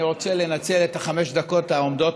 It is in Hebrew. אני רוצה לנצל את חמש הדקות העומדות